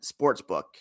sportsbook